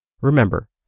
Remember